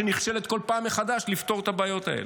שנכשלת כל פעם מחדש לפתור את הבעיות האלה.